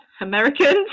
Americans